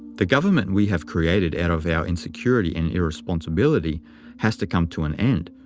the government we have created out of our insecurity and irresponsibility has to come to an end,